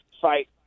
fight